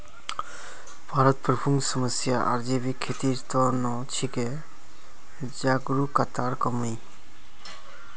भारतत प्रमुख समस्या आर जैविक खेतीर त न छिके जागरूकतार कमी